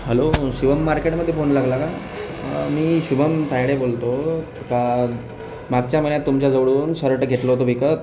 hello Shivam मार्केटमध्ये phone लागला का मी शुभम तायडे बोलत आहे मागच्या महिन्यात तुमच्याजवळून शर्ट घेतलं होतं विकत